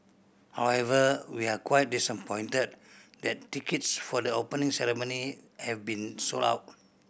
however we're quite disappointed that tickets for the Opening Ceremony have been sold out